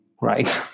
right